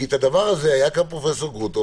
כי היה גם פרופ' גרוטו,